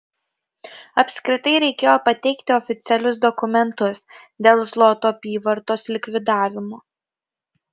apskritai reikėjo pateikti oficialius dokumentus dėl zlotų apyvartos likvidavimo